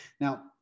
Now